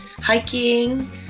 hiking